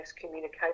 communication